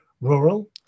rural